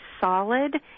solid